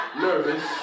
nervous